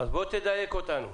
בוא תדייק אותנו.